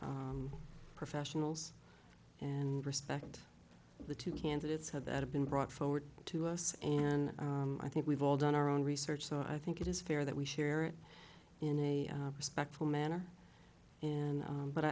are professionals and respect the two candidates have that have been brought forward to us and i think we've all done our own research so i think it is fair that we share it in a respectful manner and